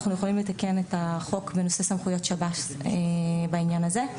אנחנו יכולים לתקן את החוק בנושא סמכויות שירות בתי הסוהר בעניין הזה.